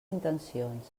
intencions